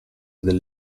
del